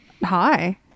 Hi